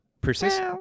persist